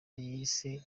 yise